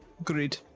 Agreed